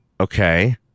Okay